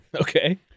Okay